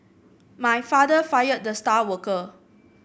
my father fired the star worker